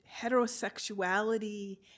heterosexuality